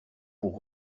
pour